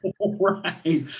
Right